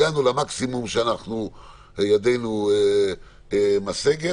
הגענו למקסימום שידנו משגת,